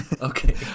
Okay